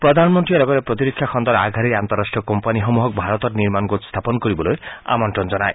প্ৰধানমন্ত্ৰীয়ে লগতে প্ৰতিৰক্ষা খণ্ডৰ আগশাৰীৰ আন্তঃৰাষ্ট্ৰীয় কোম্পানীসমূহক ভাৰতত নিৰ্মাণ গোট স্থাপন কৰিবলৈ আমন্ত্ৰণ জনায়